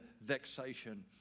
vexation